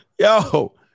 Yo